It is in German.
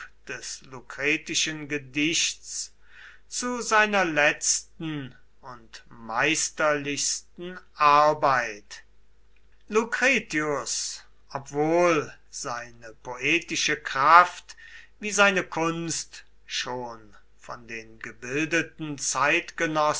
des lucretischen gedichts zu seiner letzten und meisterlichsten arbeit lucretius obwohl seine poetische kraft wie seine kunst schon von den gebildeten zeitgenossen